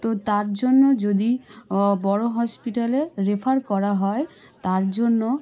তো তার জন্য যদি বড় হসপিটালে রেফার করা হয় তার জন্য